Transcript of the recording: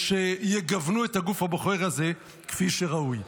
שיגוונו את הגוף הבוחר הזה כפי שראוי.